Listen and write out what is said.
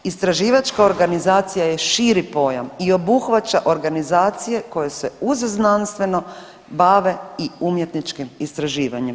Istraživačka organizacija je širi pojam i obuhvaća organizacije koje se uz znanstveno bave i umjetničkim istraživanjem.